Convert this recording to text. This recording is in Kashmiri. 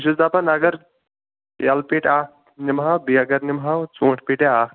بہٕ چھُس دَپان اگر کیلہٕ پیٖٹۍ اَکھ نِمٕہو بیٚیہِ اَگر نِمٕہو ژوٗنٛٹھۍ پیٖٹاہ اَکھ